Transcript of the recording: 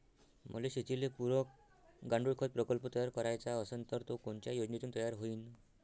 मले शेतीले पुरक गांडूळखत प्रकल्प तयार करायचा असन तर तो कोनच्या योजनेतून तयार होईन?